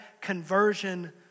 conversion